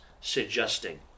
suggesting